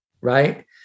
right